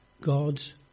God's